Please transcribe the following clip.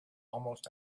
almost